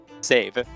Save